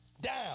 Down